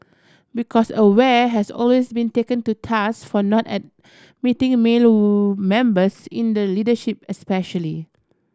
because Aware has always been taken to task for not admitting male members in the leadership especially